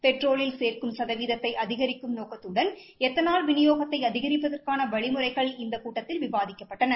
பெட்ரோலில் சேக்கும் சதவீதத்தை அதிகரிக்கும் நோக்கத்துடன் எத்தனால் விநியோகத்தை அதிகரிப்பதற்கான வழிமுறைகள் இந்த கூட்டத்தில் விவாதிக்கப்பட்டன